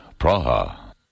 Praha